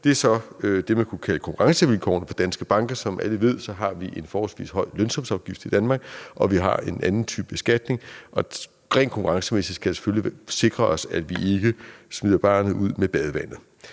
her, er så det, man kunne kalde konkurrencevilkårene for danske banker. Som alle ved, har vi en forholdsvis høj lønsumsafgift i Danmark, og vi har en anden type beskatning, og rent konkurrencemæssigt skal vi selvfølgelig sikre os, at vi ikke smider barnet ud med badevandet.